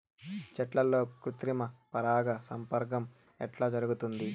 చెట్లల్లో కృత్రిమ పరాగ సంపర్కం ఎట్లా జరుగుతుంది?